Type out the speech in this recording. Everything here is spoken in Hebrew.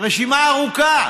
רשימה ארוכה,